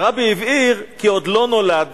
הרבי הבהיר: עוד לא נולד